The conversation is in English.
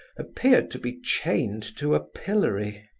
appeared to be chained to a pillory.